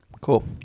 Cool